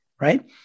right